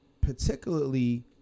particularly